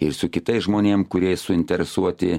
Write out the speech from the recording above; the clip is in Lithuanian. ir su kitais žmonėm kurie suinteresuoti